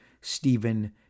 Stephen